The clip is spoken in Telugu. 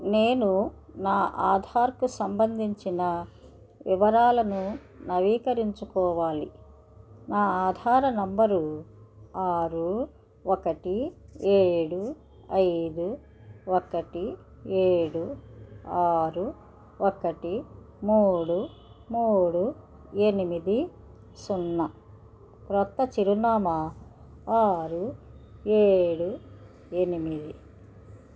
నేను నా ఆధార్కు సంబంధించిన వివరాలను నవీకరించుకోవాలి నా ఆధార్ నెంబరు ఆరు ఒకటి ఏడు ఐదు ఒకటి ఏడు ఆరు ఒకటి మూడు మూడు ఎనిమిది సున్నా కొత్త చిరునామా ఆరు ఏడు ఎనిమిది